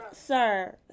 sir